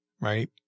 Right